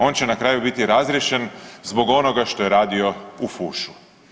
On će na kraju biti razriješen zbog onoga što je radio u fušu.